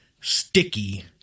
sticky